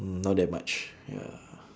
not that much ya